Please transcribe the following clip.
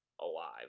alive